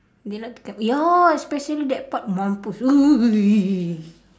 they like to camou~ ya especially that part mampus !ee!